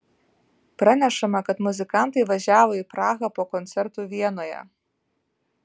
pranešama kad muzikantai važiavo į prahą po koncertų vienoje